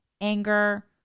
anger